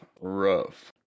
rough